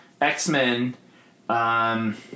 X-Men